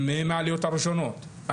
הם מהעליות הראשונות,